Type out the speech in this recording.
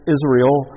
Israel